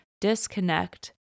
disconnect